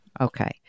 Okay